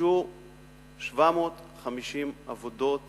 הוגשו 750 עבודות